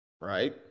Right